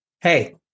hey